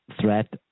threat